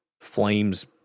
flames